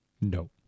No